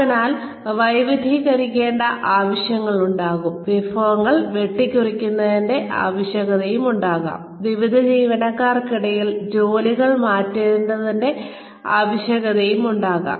അല്ലെങ്കിൽ വൈവിധ്യവൽക്കരിക്കേണ്ട ആവശ്യമുണ്ടാകാം വിഭവങ്ങൾ വെട്ടിക്കുറയ്ക്കേണ്ടതിന്റെ ആവശ്യകതയുണ്ടാകാം വിവിധ ജീവനക്കാർക്കിടയിൽ ജോലികൾ മാറ്റേണ്ടതിന്റെ ആവശ്യകതയുണ്ടാകാം